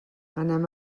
anem